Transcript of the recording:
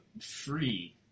free